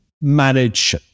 manage